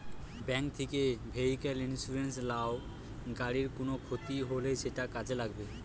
bank থিকে vehicle insurance লাও, গাড়ির কুনো ক্ষতি হলে সেটা কাজে লাগবে